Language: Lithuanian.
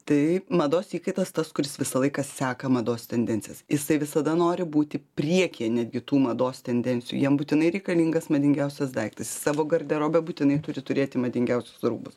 tai mados įkaitas tas kuris visą laiką seka mados tendencijas jisai visada nori būti priekyje netgi tų mados tendencijų jiem būtinai reikalingas madingiausias daiktas jis savo garderobe būtinai turi turėti madingiausius rūbus